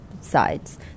sides